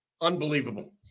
unbelievable